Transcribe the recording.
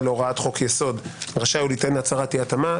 להוראת חוק יסוד רשאי הוא ליתן הצהרת אי התאמה.